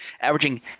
averaging